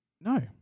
No